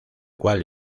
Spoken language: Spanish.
cual